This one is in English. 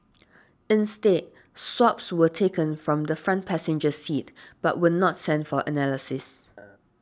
instead swabs were taken from the front passenger seat but were not sent for analysis